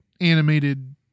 animated